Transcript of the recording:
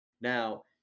Now